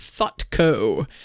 ThoughtCo